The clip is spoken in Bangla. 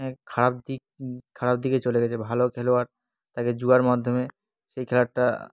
এক খারাপ দিক খারাপ দিকে চলে গেছে ভালো খেলোয়াড় তাকে জুয়ার মাধ্যমে সেই খেলোয়াড়টা